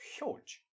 huge